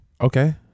Okay